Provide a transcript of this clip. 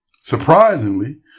Surprisingly